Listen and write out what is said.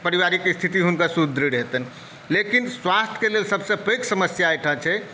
पारिवारिक स्थिति हुनकर सुदृढ़ हेतनि लेकिन स्वास्थ्यक लेल सभसॅं पैघ समस्या एकटा छै